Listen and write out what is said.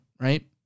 right